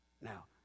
Now